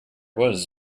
was